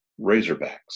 Razorbacks